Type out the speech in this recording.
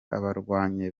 abarwanyi